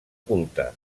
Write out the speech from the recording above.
culte